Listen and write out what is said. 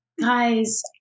guys